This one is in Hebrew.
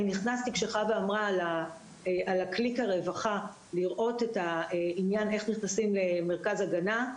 אני נכנסתי כשחוה אמרה על ה"קליק לרווחה" לראות איך נכנסים למרכז הגנה,